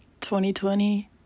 2020